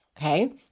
okay